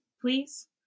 Please